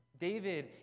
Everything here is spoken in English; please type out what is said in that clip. David